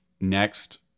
next